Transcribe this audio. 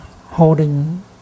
holding